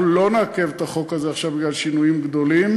אנחנו לא נעכב את החוק הזה עכשיו בגלל שינויים גדולים,